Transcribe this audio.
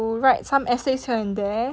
write some essays here and there